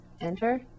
enter